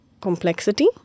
complexity